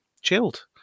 chilled